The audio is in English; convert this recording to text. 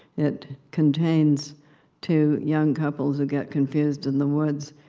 it contains two young couples who get confused in the woods,